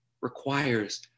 requires